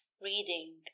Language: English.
reading